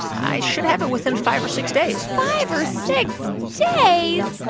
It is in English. i should have it within five or six days five or six days?